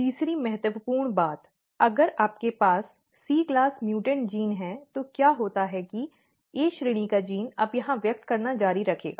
तीसरी महत्वपूर्ण बात अगर आपके पास C क्लास म्यूटॅन्ट जीन है तो क्या होता है कि A श्रेणी का जीन अब यहां व्यक्त करना जारी रखेगा